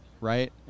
Right